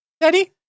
Daddy